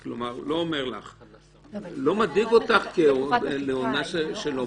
לא מדאיג אותך --- כל